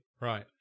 Right